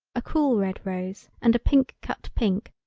a cool red rose and a pink cut pink,